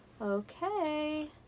okay